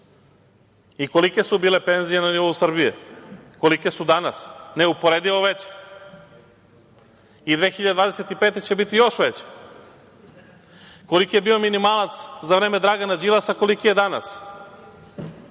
i kolike su bile penzije na nivou Srbije. Kolike su danas? Neuporedivo veće i 2025. godine će biti još veće. Koliki je bio minimalac za vreme Dragana Đilasa, a koliki je danas?